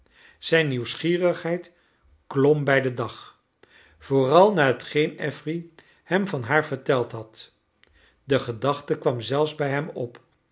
zijn nieuwsgierigheid klom bij den dag vooral na hetgeen affery htm van haar verteld had de gedachte kwam zelfs bij hem op